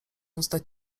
uzdę